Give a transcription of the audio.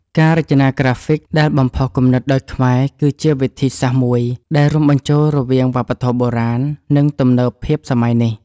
ការរចនាក្រាហ្វិកដែលបំផុសគំនិតដោយខ្មែរ គឺជាវិធីសាស្រ្តមួយដែលរួមបញ្ចូលរវាងវប្បធម៌បុរាណ និងទំនើបភាពសម័យនេះ។